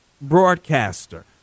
broadcaster